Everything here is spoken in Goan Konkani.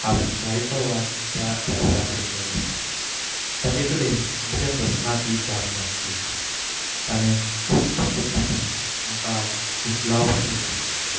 हांवें जायतो वाद त्या ड्रायव्हरा कडेन केलो ताचे कडेन म्हज्या प्रस्नाची जाप नासली ताणें खुब्ब पद्दतीन म्हाका कुटलावपाचो यत्न केलो